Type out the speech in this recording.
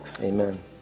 amen